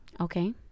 Okay